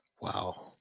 Wow